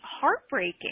heartbreaking